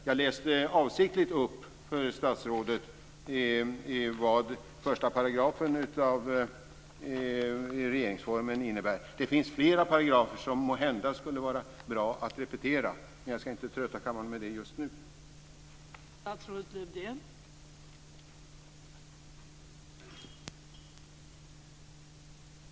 Jag läste avsiktligt upp för statsrådet vad 1 § regeringsformen innebär. Det finns flera paragrafer som det måhända skulle vara bra att hänvisa till, men jag ska inte trötta kammarens ledamöter med det just nu.